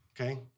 okay